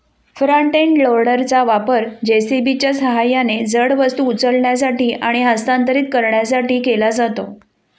front end लोडरचा वापर जे.सी.बीच्या सहाय्याने जड वस्तू उचलण्यासाठी आणि हस्तांतरित करण्यासाठी केला जातो